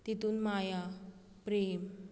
तितून माया प्रेम